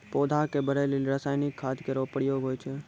पौधा क बढ़ै लेलि रसायनिक खाद केरो प्रयोग होय छै